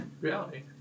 reality